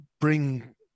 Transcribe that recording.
bring